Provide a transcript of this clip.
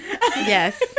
Yes